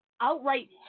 outright